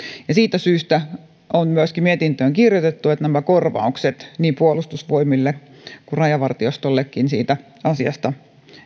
ja siitä syystä on myöskin mietintöön kirjoitettu että nämä korvaukset niin puolustusvoimille kuin rajavartiostollekin siitä asiasta